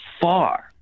far